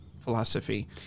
philosophy